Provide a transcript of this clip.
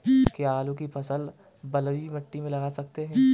क्या आलू की फसल बलुई मिट्टी में लगा सकते हैं?